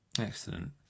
Excellent